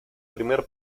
primer